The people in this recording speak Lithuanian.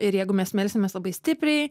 ir jeigu mes melsimės labai stipriai